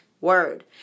word